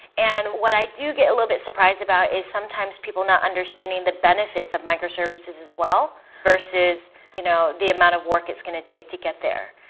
and what i do get a little bit surprised about is sometimes people not understanding the benefits of microservices as well versus you know the amount of work it's going to take to get there.